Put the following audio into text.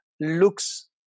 looks